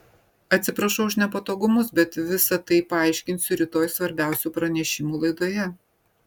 atsiprašau už nepatogumus bet visa tai paaiškinsiu rytoj svarbiausių pranešimų laidoje